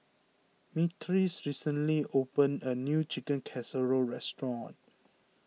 Myrtis recently opened a new Chicken Casserole restaurant